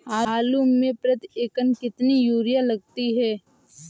आलू में प्रति एकण कितनी यूरिया लगती है?